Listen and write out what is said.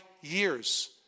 years